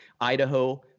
Idaho